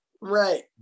right